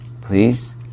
please